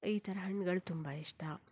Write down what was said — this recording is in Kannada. ಈ ಥರ ಹಣ್ಣುಗಳು ತುಂಬ ಇಷ್ಟ